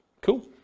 Cool